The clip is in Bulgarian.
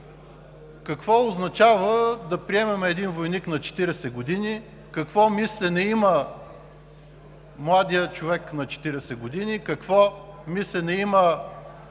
какво означава да приемем един войник на 40 години? Какво мислене има младият човек на 40 години, какво мислене има